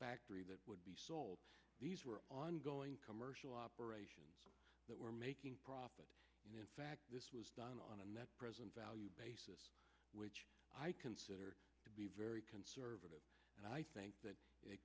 factory that would be sold these were ongoing commercial operations that were making profit and in fact this was done on a net present value basis which i consider to be very conservative and i think that it